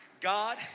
God